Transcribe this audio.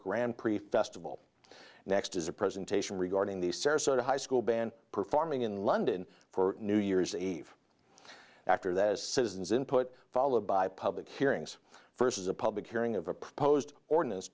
grand prix festival next as a presentation regarding the sarasota high school band performing in london for new year's eve after that as citizens input followed by public hearings first is a public hearing of a proposed ordinance